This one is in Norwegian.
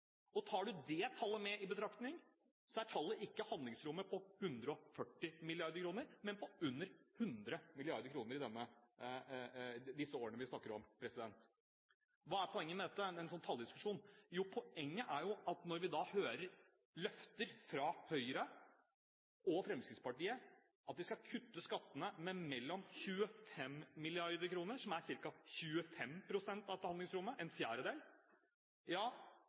Tar du det tallet med i betraktning, er ikke handlingsrommet på 140 mrd. kr, men på under 100 mrd. kr i de årene vi snakker om. Hva er poenget med en slik talldiskusjon? Jo, poenget er at når vi hører løfter fra Høyre og Fremskrittspartiet om at de skal kutte skattene med mellom 25 mrd. kr, som er ca. 25 pst. av dette handlingsrommet, en